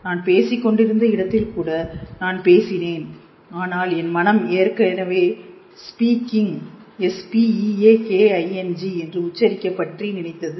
நான் பேசிக் கொண்டிருந்த இடத்தில் கூட நான் பேசினேன் ஆனால் என் மனம் ஏற்கனவே speaking S P E A K I N G என்று உச்சரிக்க பற்றி நினைத்தது